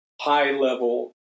high-level